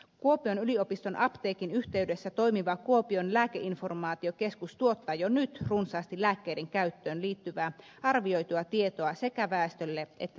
kuopion yliopiston apteekin yhteydessä toimiva kuopion lääkeinformaatiokeskus tuottaa jo nyt runsaasti lääkkeiden käyttöön liittyvää arvioitua tietoa sekä väestölle että terveydenhuoltohenkilöstölle